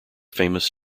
famous